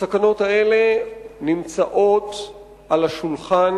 הסכנות האלה נמצאות על השולחן,